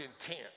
intent